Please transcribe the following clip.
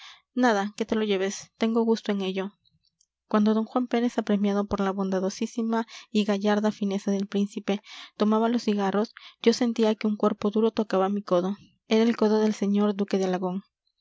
nada que te lo lleves tengo gusto en ello cuando d juan pérez apremiado por la bondadosísima y gallarda fineza del príncipe tomaba los cigarros yo sentía que un cuerpo duro tocaba mi codo era el codo del señor duque de alagón